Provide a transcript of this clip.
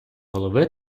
голови